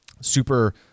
super